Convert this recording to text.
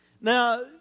Now